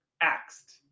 axed